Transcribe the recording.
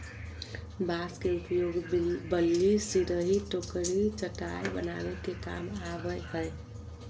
बांस के उपयोग बल्ली, सिरही, टोकरी, चटाय बनावे के काम आवय हइ